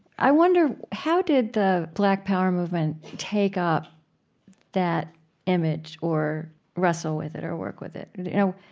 i wonder how did the black power movement take up that image or wrestle with it or work with it. you know,